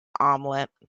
omelette